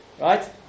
Right